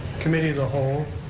committee the whole